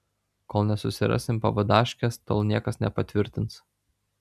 kol nesusirasim pavadaškės tol niekas nepatvirtins